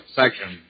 section